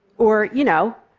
or, you know,